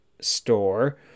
store